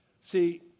See